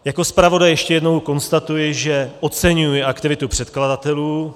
Jako zpravodaj ještě jednou konstatuji, že oceňuji aktivitu předkladatelů.